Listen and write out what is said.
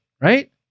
Right